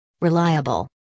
Reliable